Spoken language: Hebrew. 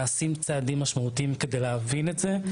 נעשים צעדים משמעותיים כדי להבין את זה,